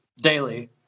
daily